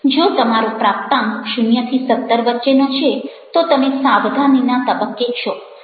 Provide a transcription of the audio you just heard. જો તમારો પ્રાપ્તાંક 0 17 વચ્ચેનો છે તો તમે સાવધાની ના તબક્કે છો